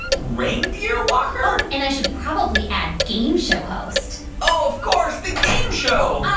reindeer walker? and i should probably add game show host oh, of course, the game show oh,